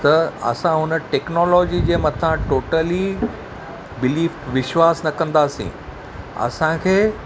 त असां उन टेक्नोलॉजी जे मथां टोटली बिलीव विश्वासु न कंदासी असांखे